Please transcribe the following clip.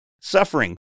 suffering